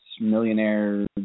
Millionaire